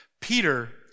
Peter